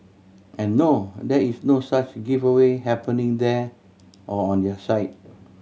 and no there is no such giveaway happening there or on their site